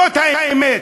זאת האמת.